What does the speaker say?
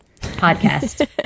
podcast